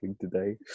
today